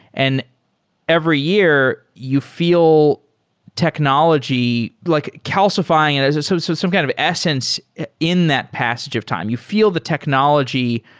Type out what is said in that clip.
and every year, you feel technology, like calcifying and it, so so some kind of essence in that passage of time. you feel the technology.